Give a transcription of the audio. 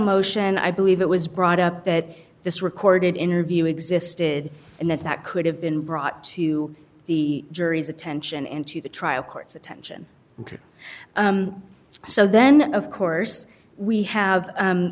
motion and i believe it was brought up that this recorded interview existed and that that could have been brought to the jury's attention and to the trial court's attention ok so then of course we have